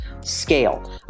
scale